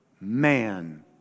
man